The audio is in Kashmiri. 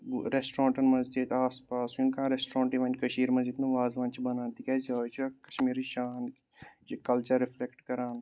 ریسٹورنٹَن منٛز تہِ ییٚتہِ آس پاس یِم کانٛہہ ریسٹورنٹ وۄنۍ کٔشیٖرِ منٛز ییٚتہِ نہٕ وازوان چھِ بَنان تِکیازِ آے چھِ کَشمیٖری شان یہِ کَلچَر رِفلیکٹ کَران